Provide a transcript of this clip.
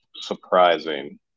surprising